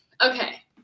Okay